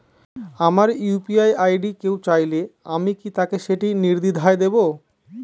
আমার UPI ID কেউ চাইলে কি আমি তাকে সেটি নির্দ্বিধায় দেব?